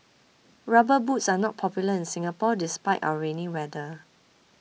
rubber boots are not popular in Singapore despite our rainy weather